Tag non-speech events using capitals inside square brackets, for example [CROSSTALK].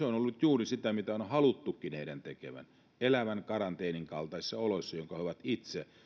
[UNINTELLIGIBLE] on on ollut juuri sitä mitä on haluttukin heidän tekevän elävän karanteenin kaltaisissa oloissa jolloinka he ovat itse